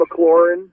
mclaurin